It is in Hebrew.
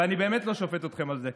ואני באמת לא שופט אתכם על זה.